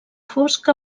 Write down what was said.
fosc